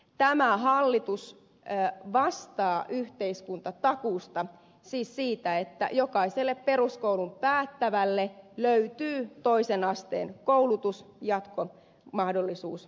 tämä hallitus vastaa yhteiskuntatakuusta siis siitä että jokaiselle peruskoulun päättävälle löytyy toisen asteen koulutus jatkomahdollisuus eteenpäin